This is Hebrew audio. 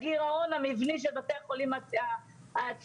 הגירעון המבני של בתי החולים העצמאיים,